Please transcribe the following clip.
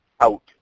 out